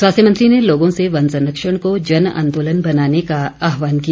स्वास्थ्य मंत्री ने लोगों से वन संरक्षण को जन आंदोलन बनाने का आहवान किया